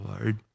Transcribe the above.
Lord